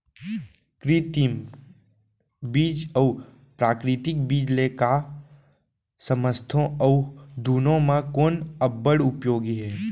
कृत्रिम बीज अऊ प्राकृतिक बीज ले का समझथो अऊ दुनो म कोन अब्बड़ उपयोगी हे?